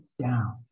down